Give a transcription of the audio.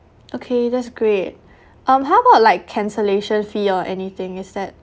okay that's great um how about like cancellation fee or anything is that